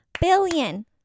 billion